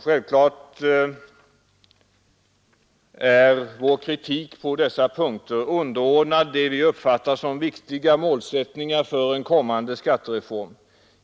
Självklart är vår kritik på dessa punkter underordnad det vi uppfattar som viktiga målsättningar för en kommande skattereform.